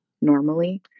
normally